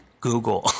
Google